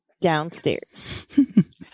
downstairs